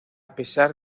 pesar